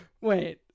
Wait